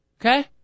Okay